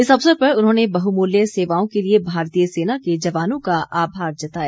इस अवसर पर उन्होंने बहुमूल्य सेवाओं के लिए भारतीय सेना के जवानों का आभार जताया